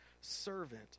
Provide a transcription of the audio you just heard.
servant